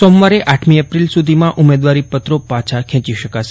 સોમવારે આઠમી એપ્રિલ સુધીમાં ઉમેદવારીપત્રો પાછાં ખેંચી શકાશે